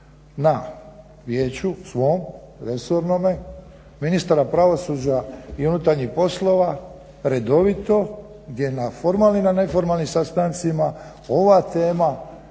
na vijeću svom resornome, ministara pravosuđa i unutarnjih poslova, redovito je na formalnim i na neformalnim sastancima. Ova tema